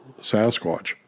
Sasquatch